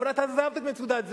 אבל את עזבת את "מצודת זאב",